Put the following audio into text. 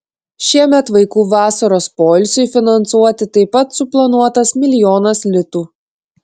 šiemet vaikų vasaros poilsiui finansuoti taip pat suplanuotas milijonas litų